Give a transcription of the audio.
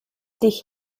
dich